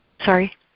Sorry